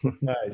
Nice